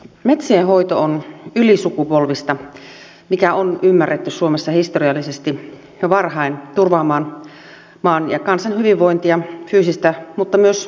metsien hoito on ylisukupolvista mikä on ymmärretty suomessa historiallisesti jo varhain turvaamaan maan ja kansan hyvinvointia fyysistä mutta myös virkistyskäyttöä